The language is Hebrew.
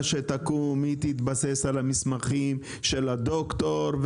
שתקום היא תתבסס על המסמכים של הדוקטור,